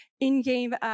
in-game